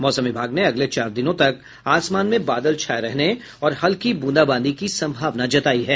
मौसम विभाग ने अगले चार दिनों तक आसमान में बादल छाये रहने और हल्की बूंदाबांदी की संभावना जतायी है